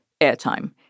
airtime